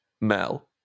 Mel